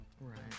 Right